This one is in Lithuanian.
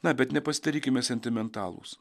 na bet nepasidarykime sentimentalūs